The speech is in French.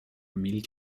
mille